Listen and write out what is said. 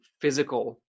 physical